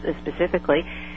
specifically